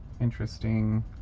interesting